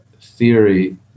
theory